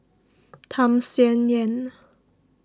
Tham Sien Yen